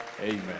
Amen